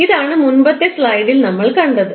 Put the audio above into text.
ഇതാണ് മുൻപത്തെ സ്ലൈഡിൽ നമ്മൾ കണ്ടത്